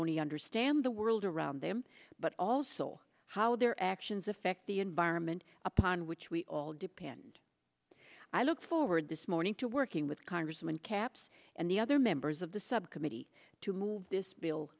only understand the world around them but also how their actions affect the environment upon which we all depend i look forward this morning to working with congressman caps and the other members of the subcommittee to move this bill